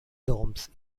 domes